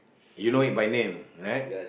you know it by name right